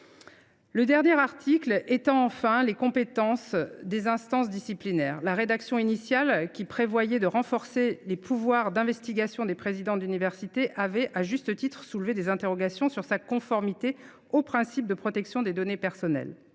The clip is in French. Le dernier article vise à étendre les compétences des instances disciplinaires. La rédaction initiale, qui prévoyait de renforcer les pouvoirs d’investigation des présidents d’université avait, à juste titre, soulevé des interrogations sur sa conformité au principe de protection des données personnelles.